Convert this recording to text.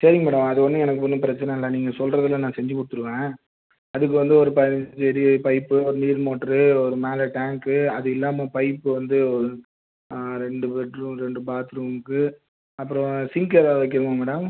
சரிங்க மேடம் அது ஒன்னும் எனக்கு ஒன்றும் பிரச்சனை இல்லை நீங்கள் சொல்வதுல நான் செஞ்சு கொடுத்துருவேன் அதுக்கு வந்து ஒரு பதினஞ்சு அடி பைப்பு ஒரு நீர் மோட்ரு ஒரு மேலே டேங்க்கு அது இல்லாமல் பைப்பு வந்து ஒரு ரெண்டு பெட்ரூம் ரெண்டு பாத்ரூம்க்கு அப்புறம் சிங்க் ஏதாவது வெக்கணுமா மேடம்